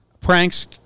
Pranks